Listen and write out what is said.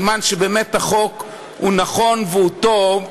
שבאמת החוק הוא נכון והוא טוב.